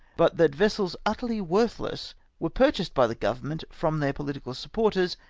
but that vessels utterly worth less were purchased by the government from their pohtical supporters,